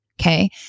Okay